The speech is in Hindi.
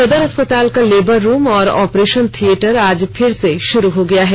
सदर अस्पताल का लेबर रूम और ऑपरेशन थियेटर आज फिर से शुरू हो गया है